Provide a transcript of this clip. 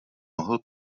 mohl